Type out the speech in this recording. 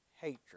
hatred